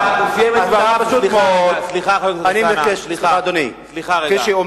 סליחה, חבר הכנסת אלסאנע.